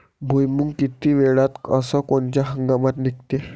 भुईमुंग किती वेळात अस कोनच्या हंगामात निगते?